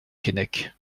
keinec